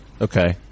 Okay